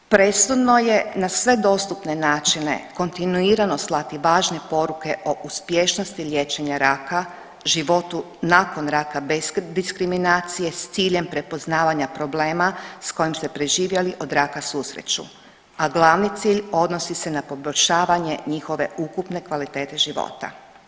Presudno je na sve dostupne načine kontinuirano slati važne poruke o uspješnosti liječenja raka, životu nakon raka bez diskriminacije s ciljem prepoznavanja problema s kojom se preživjeli od raka susreću, a glavni cilj odnosi se na poboljšavanje njihove ukupne kvalitete života.